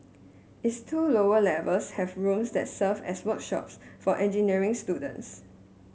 its two lower levels have rooms that serve as workshops for engineering students